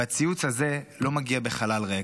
הציוץ הזה לא מגיע מחלל ריק,